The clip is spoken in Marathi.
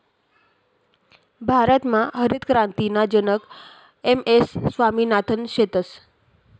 भारतमा हरितक्रांतीना जनक एम.एस स्वामिनाथन शेतस